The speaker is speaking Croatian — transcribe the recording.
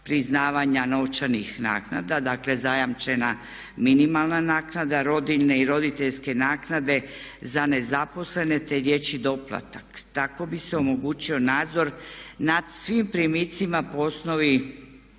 priznavanja novčanih naknada, dakle zajamčena minimalna naknada, rodiljne i roditeljske naknade za nezaposlene te dječji doplatak. Tako bi se omogućio nadzor nad svim primicima po osnovi